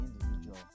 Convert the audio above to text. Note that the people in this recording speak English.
individual